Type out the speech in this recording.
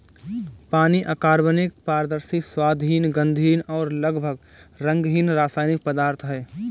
पानी अकार्बनिक, पारदर्शी, स्वादहीन, गंधहीन और लगभग रंगहीन रासायनिक पदार्थ है